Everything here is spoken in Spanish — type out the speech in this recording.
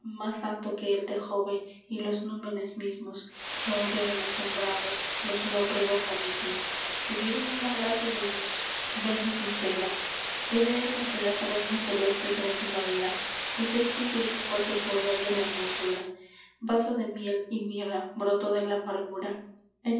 más alto que el de jove y los númenes mismos lo oyeron asombrados los lóbregos abismos tuvieron una gracia de luz venus impera ella es entre las reinas celestes la primera pues es quien tiene el fuerte poder de la hermosura vaso de miel y mirra brotó de la amargura